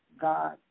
God